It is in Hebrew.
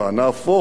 נהפוך הוא,